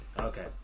Okay